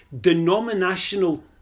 denominational